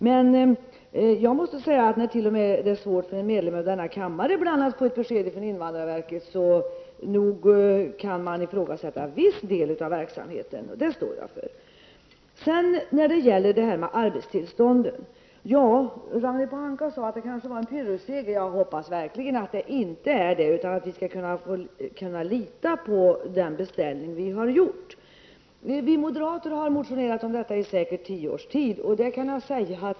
Men när det t.o.m. för en medlem av denna kammare ibland är svårt att få ett besked från invandrarverket, kan man nog ifrågasätta viss del av verksamheten. Det står jag för. Ragnhild Pohanka sade att beslutet om arbetstillstånden kan bli en phyrrusseger. Jag hoppas verkligen att det inte blir det, utan att vi skall kunna lita på den beställning vi har gjort. Vi moderater har motionerat om detta i säkert tio års tid.